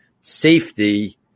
safety